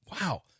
Wow